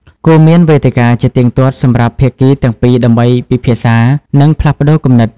គួរមានវេទិកាជាទៀងទាត់សម្រាប់ភាគីទាំងពីរដើម្បីពិភាក្សា និងផ្លាស់ប្តូរគំនិត។